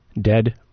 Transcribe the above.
dead